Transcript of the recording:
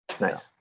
nice